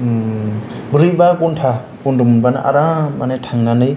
ब्रै बा घन्टा बन्द' मोनबानो आराम माने थांनानै